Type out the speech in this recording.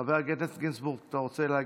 חבר הכנסת גינזבורג, אתה רוצה להגיב?